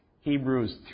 Hebrews